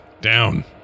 down